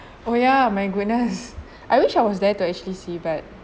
oh ya my goodness I wish I was there to actually see but